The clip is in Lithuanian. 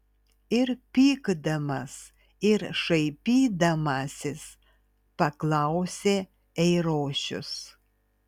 ir pykdamas ir šaipydamasis paklausė eirošius